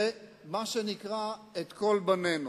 ומה שנקרא, את כל בנינו.